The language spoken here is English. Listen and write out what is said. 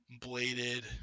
bladed